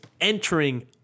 entering